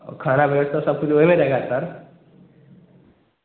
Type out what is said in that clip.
खाना व्यवस्था सब कुछ उहे ना देगा सर